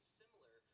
similar